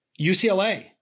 UCLA